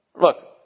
Look